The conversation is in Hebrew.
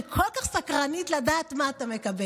אני כל כך סקרנית לדעת מה אתה מקבל.